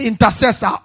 intercessor